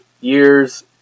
years